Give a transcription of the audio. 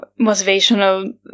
motivational